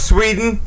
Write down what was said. Sweden